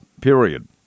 period